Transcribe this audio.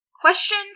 Question